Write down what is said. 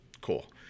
Cool